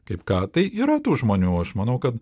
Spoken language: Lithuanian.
kaip ką tai yra tų žmonių aš manau kad